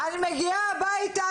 אני מגיעה הביתה,